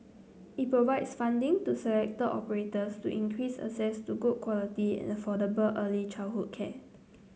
it provides funding to selected operators to increase access to good quality and affordable early childhood care